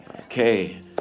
Okay